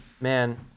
man